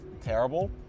terrible